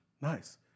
Nice